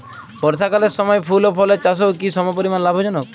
বর্ষাকালের সময় ফুল ও ফলের চাষও কি সমপরিমাণ লাভজনক?